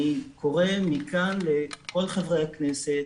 אני קורא מכאן ולכל חברי הכנסת